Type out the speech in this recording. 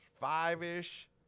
five-ish